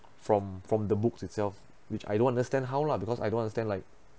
from from the books itself which I don't understand how lah because I don't understand like